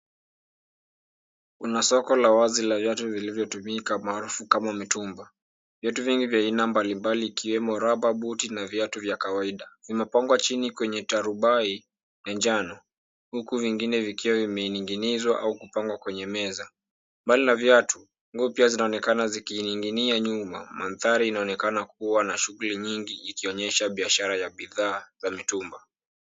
Kuna soko la wazi la viatu vilivyotumika almaarufu kama mitumba. Viatu vingi vya aina mbalimbali ikiwemo raba, buti na viatu vya kawaida vimepangwa chini kwenye tarubai ya njano huku vingine vikiwa vimening'inizwa au kupangwa kwenye meza. Mbali na vitu, nguo pia zinaonekana zikining'inia nyuma. Mandhari inaonekana kuwa na shughuli nyingi ikionyesha biashara ya bidhaa za mitumba.